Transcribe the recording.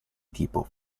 tipo